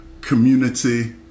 community